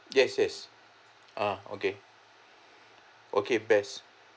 yes yes ah okay okay best